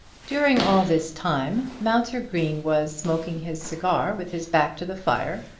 during all this time mounser green was smoking his cigar with his back to the fire,